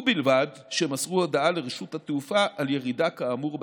ובלבד שהם מסרו הודעה לרשות התעופה על ירידה כאמור בהכנסותיהם.